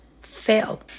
fail